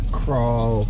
crawl